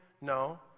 No